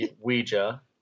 Ouija